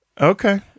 Okay